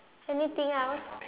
anything else